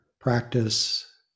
practice